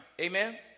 Amen